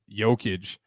Jokic